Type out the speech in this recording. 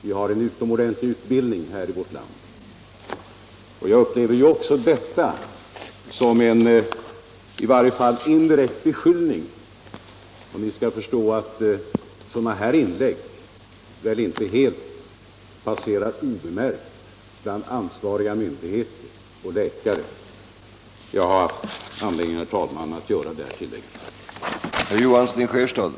Vi har en god utbildning och framstående forskning i vårt land. Jag upplever vad interpellanterna här sagt som en i varje fall indirekt beskyllning mot de ansvariga inom svensk sjukvård, och ni skall förstå att sådana inlägg inte passerar helt obemärkta bland myndigheter och läkare.